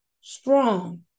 strong